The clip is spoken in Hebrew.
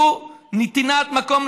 והוא נתינת מקום,